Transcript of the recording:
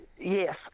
Yes